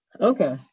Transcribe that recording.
Okay